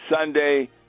Sunday